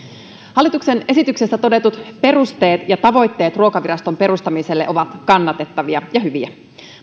hallituksen esityksessä todetut perusteet ja tavoitteet ruokaviraston perustamiselle ovat kannatettavia ja hyviä